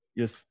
yes